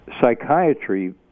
psychiatry